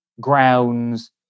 grounds